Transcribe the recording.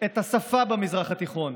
את השפה במזרח התיכון.